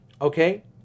Okay